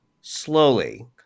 slowly